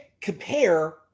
compare